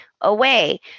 away